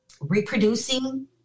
reproducing